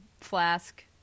flask